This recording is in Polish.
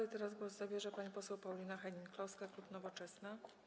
I teraz głos zabierze pani poseł Paulina Hennig-Kloska, klub Nowoczesna.